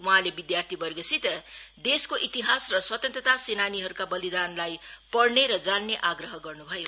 वहाँले विध्यार्थीर्वगसित देशको इतिहास र स्तन्ट्रता सेनानीहरूका बलिदानलाई पढ़ने र जान्ने आग्रह गर्न् भयो